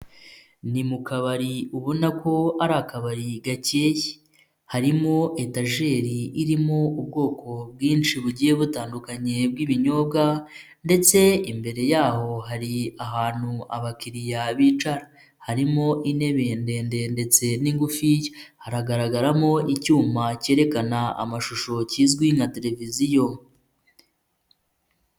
Ni mu kabari ubona ko ari akabari gakeye, harimo etajeri irimo ubwoko bwinshi bugiye butandukanye bw'ibinyobwa ndetse imbere yaho hari ahantu abakiriya bicara, harimo intebe ndende ndetse n'ingufi, haragaragaramo icyuma cyerekana amashusho kizwi nka televiziyo.